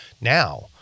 Now